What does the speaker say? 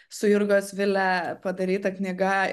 su jurgos vile padaryta knyga